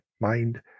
mind